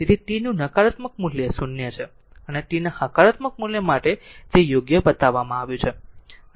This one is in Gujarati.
તેથી tનું નકારાત્મક મૂલ્ય 0 છે અને tના હકારાત્મક મૂલ્ય માટે તે યોગ્ય બતાવવામાં આવ્યું છે